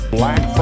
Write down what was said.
Black